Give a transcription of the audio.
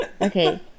Okay